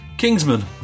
Kingsman